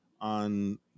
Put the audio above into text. on